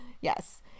yes